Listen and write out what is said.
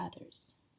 others